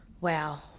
wow